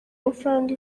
amafaranga